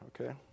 okay